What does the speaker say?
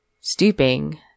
Stooping